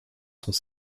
sont